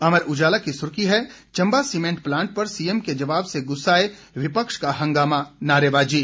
अमर उजाला की सुर्खी है चंबा सीमेन्ट प्लांट पर सीएम के जवाब से गुस्साए विपक्ष का हंगामा नारेबाजी